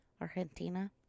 Argentina